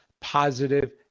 positive